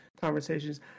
conversations